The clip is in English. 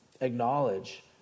acknowledge